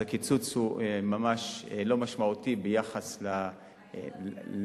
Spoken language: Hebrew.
הקיצוץ ממש לא משמעותי ביחס למטרה,